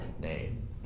name